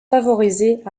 favorisée